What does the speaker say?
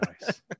nice